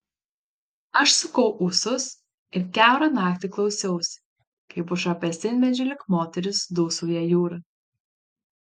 aš sukau ūsus ir kiaurą naktį klausiausi kaip už apelsinmedžių lyg moteris dūsauja jūra